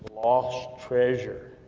lost treasure,